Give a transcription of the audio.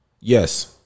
Yes